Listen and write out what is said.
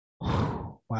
Wow